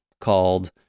called